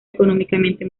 económicamente